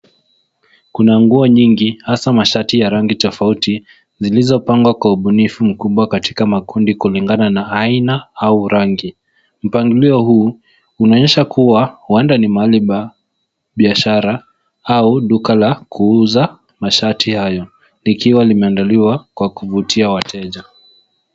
Kuna nguo nyingi hasa mashati ya rangi tofauti zilizopangwa kwa ubunifu mkubwa katika makundi kulingana na aina au rangi. Mpangilio huu unaonyesha kuwa ni huenda ni mahali pa biashara au duka la kuuza mashati hayo likiwa limeandaliwa kwa kuvutia wateja.